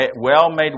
well-made